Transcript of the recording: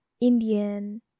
indian